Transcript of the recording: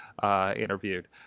Interviewed